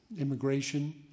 immigration